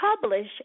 Publish